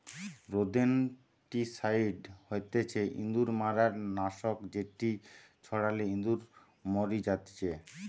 rodenticide হতিছে ইঁদুর মারার নাশক যেটি ছড়ালে ইঁদুর মরি জাতিচে